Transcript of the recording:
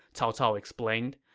cao cao explained.